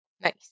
Nice